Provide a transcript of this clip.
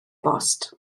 bost